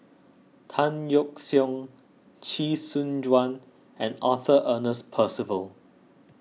Tan Yeok Seong Chee Soon Juan and Arthur Ernest Percival